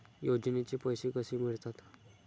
योजनेचे पैसे कसे मिळतात?